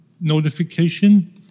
notification